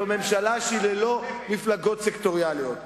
זו ממשלה שהיא ללא מפלגות סקטוריאליות.